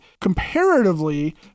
comparatively